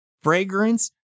fragrance